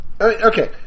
Okay